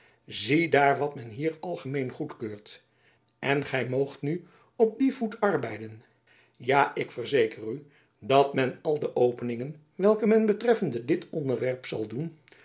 ziedaar wat men hier algemeen goedkeurt en gy moogt nu op dien voet arbeiden ja ik verzeker u dat men al de openingen welke men betreffende dit onderwerp zal doen